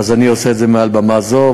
אז אני עושה את זה מעל במה זו,